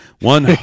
one